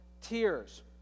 tears